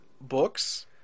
books